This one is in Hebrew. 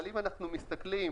אבל אם אנחנו מסתכלים